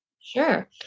Sure